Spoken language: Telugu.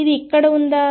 ఇది ఇక్కడ ఉందా